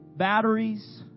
batteries